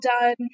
done